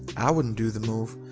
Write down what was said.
i wouldn't do the move,